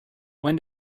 when